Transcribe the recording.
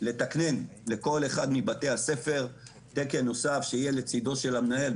לתקנן לכל אחד מבתי הספר תקן נוסף שיהיה לצדו של המנהל,